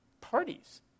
parties